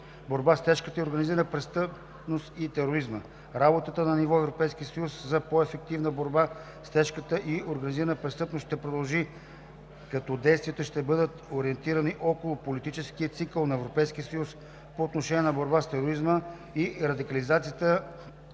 борба с тежката и организираната престъпност и тероризма. Работата на ниво Европейски съюз за по-ефективна борба с тежката и организираната престъпност ще продължи, като действията ще бъдат ориентирани около политическия цикъл на Европейския съюз. По отношение на борбата с тероризма и радикализацията